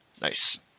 Nice